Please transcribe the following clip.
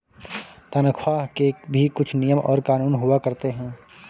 तन्ख्वाह के भी कुछ नियम और कानून हुआ करते हैं